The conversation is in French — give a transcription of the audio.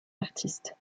artistes